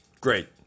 Great